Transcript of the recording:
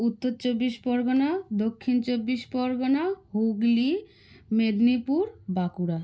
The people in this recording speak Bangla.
উত্তর চব্বিশ পরগনা দক্ষিণ চব্বিশ পরগনা হুগলি মেদিনীপুর বাঁকুড়া